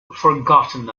forgotten